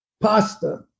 pasta